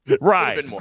Right